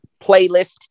playlist